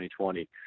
2020